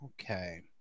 Okay